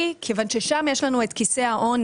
לאותה קבוצה מכיוון ששם יש לנו את כיסי העוני,